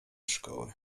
szkoły